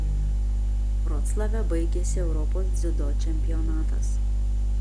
vroclave baigėsi europos dziudo čempionatas